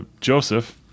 Joseph